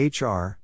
HR